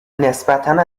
نسبتا